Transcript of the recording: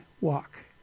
walk